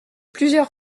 plusieurs